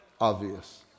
obvious